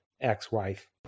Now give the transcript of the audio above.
ex-wife